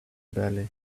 belly